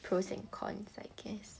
pros and cons I guess